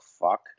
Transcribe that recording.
fuck